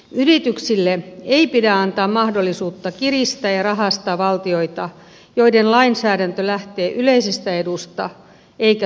yrityksille ei pidä antaa mahdollisuutta kiristää ja rahastaa valtioita joiden lainsäädäntö lähtee yleisestä edusta eikä suuryritysten edusta